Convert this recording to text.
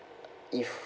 if